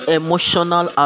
emotional